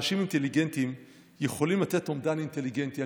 אנשים אינטליגנטים יכולים לתת אומדן אינטליגנטי.